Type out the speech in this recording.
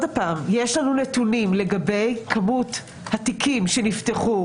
יש לנו את הנתונים לגבי כמות התיקים שנפתחו